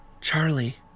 Charlie